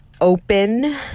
open